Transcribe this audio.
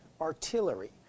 artillery